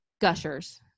Gushers